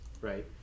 right